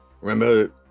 remember